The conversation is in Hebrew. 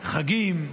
חגים.